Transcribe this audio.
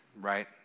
right